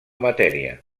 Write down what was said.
matèria